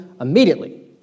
immediately